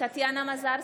טטיאנה מזרסקי,